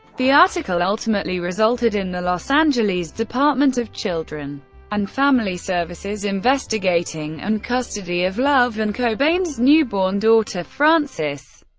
the article ultimately resulted in the los angeles department of children and family services investigating, and custody of love and cobain's newborn daughter, frances,